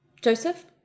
Joseph